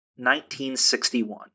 1961